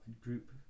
group